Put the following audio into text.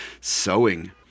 sewing